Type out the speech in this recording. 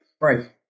right